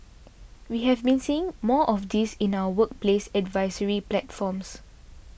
we have been seeing more of this in our workplace advisory platforms